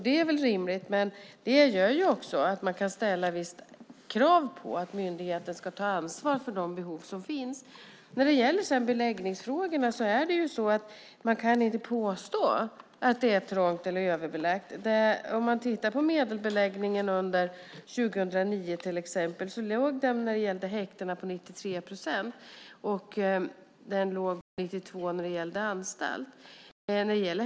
Det är väl rimligt, men det gör också att man kan ställa vissa krav på att myndigheten ska ta ansvar för de behov som finns. Man kan inte påstå att det är trångt eller överbelagt i kriminalvården. Medelbeläggningen under 2009 låg på 93 procent för häktena och på 92 procent för anstalterna.